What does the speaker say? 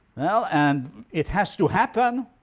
well and it has to happen,